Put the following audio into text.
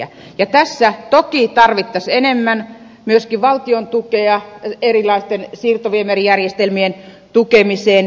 tässä toki tarvittaisiin enemmän myöskin valtion tukea erilaisten siirtoviemärijärjestel mien tukemiseen